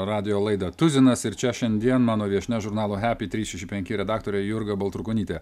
radijo laidą tuzinas ir čia šiandien mano viešnia žurnalo hepi trys šeši penki redaktorė jurga baltrukonytė